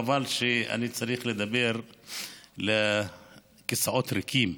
חבל שאני צריך לדבר לכיסאות ריקים,